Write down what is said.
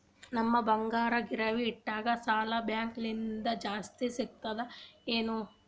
ನಮ್ ಬಂಗಾರ ಗಿರವಿ ಇಟ್ಟರ ಸಾಲ ಬ್ಯಾಂಕ ಲಿಂದ ಜಾಸ್ತಿ ಸಿಗ್ತದಾ ಏನ್?